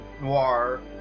Noir